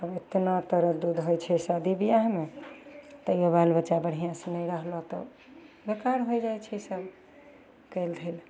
आब इतना तरद्दुत होइ छै शादी बियाहमे तैयौ बाल बच्चा बढ़िआँसँ नहि रहलऽ तऽ बेकार होइ जाइ छै सब कयल धयल